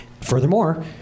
Furthermore